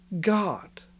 God